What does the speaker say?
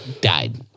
died